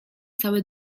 cały